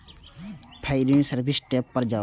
फेर ई service tab पर जाउ